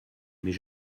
mais